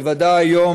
בוודאי היום,